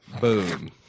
Boom